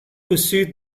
pursued